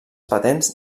patents